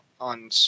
on